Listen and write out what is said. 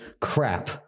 crap